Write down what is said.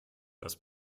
das